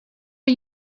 are